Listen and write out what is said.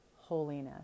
holiness